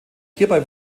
hierbei